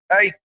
Hey